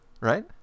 right